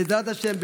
בעזרת השם,